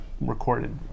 recorded